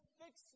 fix